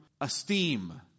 esteem